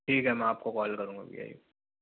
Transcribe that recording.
ठीक है मैं आप को कॉल करूंगा भैया जी